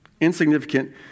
Insignificant